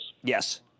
Yes